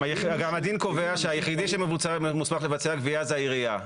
גם הדין קובע שהיחידי שמוסמך לבצע גבייה זה העירייה.